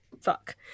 fuck